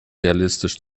realistisch